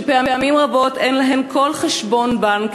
שפעמים רבות אין להן כל חשבון בנק,